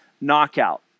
knockout